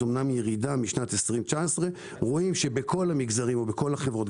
שזה אמנם ירידה משנת 2019. רואים שבכל המגזרים ובכל החברות,